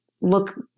look